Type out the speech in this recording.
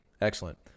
Excellent